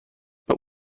but